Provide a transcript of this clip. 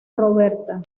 roberta